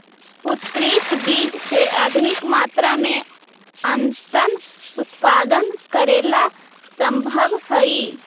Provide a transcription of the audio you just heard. उन्नत बीज से अधिक मात्रा में अन्नन उत्पादन करेला सम्भव हइ